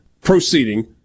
proceeding